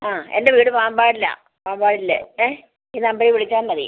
ആ എൻ്റെ വീട് പാമ്പാടിലാ പാമ്പാടിയിൽ ഈ നമ്പരിൽ വിളിച്ചാൽ മതി